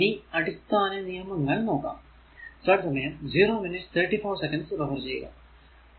ഇനി അടിസ്ഥാനനിയമങ്ങൾ നോക്കാം